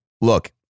look